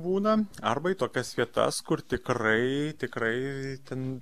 būna arba į tokias vietas kur tikrai tikrai ten